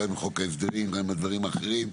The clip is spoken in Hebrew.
גם עם חוק ההסדרים וגם עם הדברים האחרים,